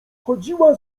chodziła